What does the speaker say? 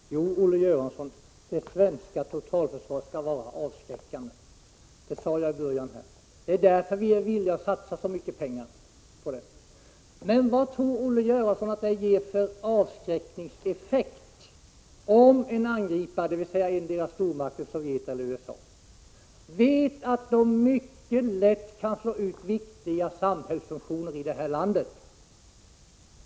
Fru talman! Jo, Olle Göransson, det svenska totalförsvaret skall vara avskräckande — det sade jag i början. Det är därför vi är villiga att satsa så mycket pengar på det. Men vad tror Olle Göransson att det ger för avskräckningseffekt om en angripare, dvs. endera stormakten, Sovjet eller USA, vet att man mycket lätt kan slå ut viktiga samhällsfunktioner i det här landet?